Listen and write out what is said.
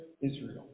Israel